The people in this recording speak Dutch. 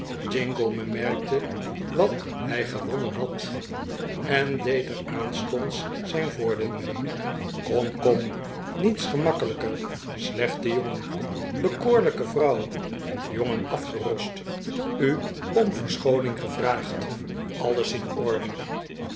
jingle bemerkte wat hij gewonnen had en deed er aanstonds zijn voordeel mee kom kom niets gemakkelijker slechte jongen bekoorlijke vrouw jongen afgerost u om verschooning gevraagd alles in orde